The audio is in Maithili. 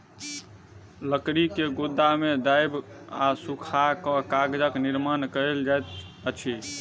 लकड़ी के गुदा के दाइब आ सूखा कअ कागजक निर्माण कएल जाइत अछि